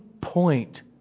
point